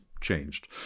changed